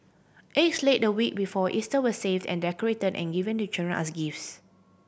eggs laid the week before Easter were saved and decorated and given to children as gifts